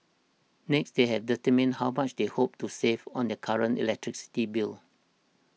next they have determine how much they hope to save on their current electricity bill